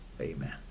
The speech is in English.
Amen